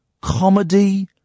comedy